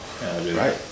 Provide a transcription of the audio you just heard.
Right